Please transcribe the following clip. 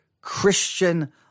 Christian